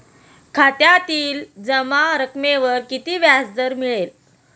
खात्यातील जमा रकमेवर किती व्याजदर मिळेल?